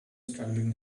struggling